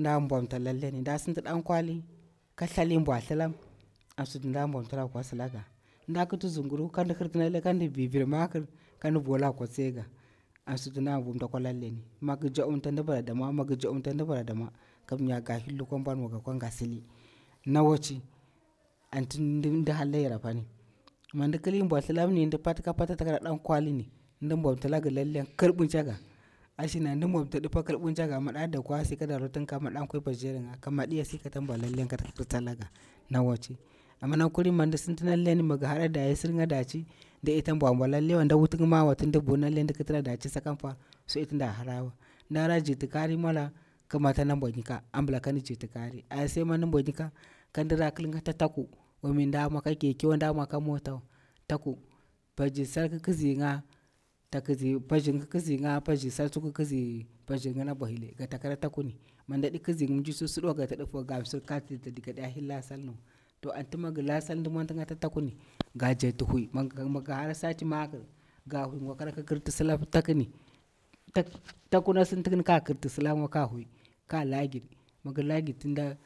nɗa mbwanta lalleni ndasinti dankwali ka thlali bwathilam, an suti nɗa bwamta akwa silanga, nɗa kiti zunguru kan hirti lalle kan vi vir makir kan volaga akwa tsiyaga, an suti nɗa vu mda kwa lalle ni, mig jabumta ndi bara damwa, mig jabumta ndi bara damwa kamnya gahir lukwa bwanwa gi kwa nga sili, na waci anti nɗi hara layar apani, mi ndi kili bwathlilamni ndi pati ka pati ata ɗan kwalin ndi bwantah lagi lalleni kirbwun ncaga ashina ndi bwantah dipa kirbwunncaga mada dakwi asi kada rutunga ka mada nkwi pashiyarnga ka madiya si kata bwam lalleni kata thipirta laga na waci ama na kulin mindi sinti lalleni migi hara diyisirnga daci nda deta bwan bwa lallewa nda wutinga mawa tin divu lallen ndiki tra daci sakan nfor tin nda hara ndara jikti kari mwola kima kan bwati nika ambila kanjiti kari ayar saimin bwati nika kandira kilnga ta taku wami nda mwo ka kekewa nda mwo ka motawa taku pashi sal ki kizinga takkiz pashirnga ki kizinga pashir sal tsu ki kizi pashirngana bohili gata kira takuni min nda di kizinga mji sussuduwa gata dufu gamsir ka tiri to gadata hir la sanliwa to anti migi la salni ndiki mwontinga ata takun ga jatti huwi mig hara sati makir ga huwi ngwa kara kikirti sila takuni ta taku na sintingi ka kikirti silango ka huwi ka lagiri mig lagir tinda.